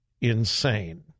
insane